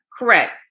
Correct